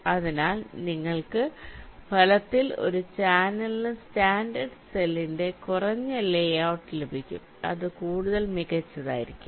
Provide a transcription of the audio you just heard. അതിനാൽ നിങ്ങൾക്ക് ഫലത്തിൽ ഒരു ചാനലിന് സ്റ്റാൻഡേർഡ് സെല്ലിന്റെ കുറഞ്ഞ ലേ ഔട്ട് ലഭിക്കും അത് കൂടുതൽ മികച്ചതായിരിക്കും